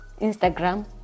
Instagram